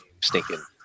stinking